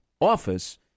office